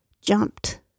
jumped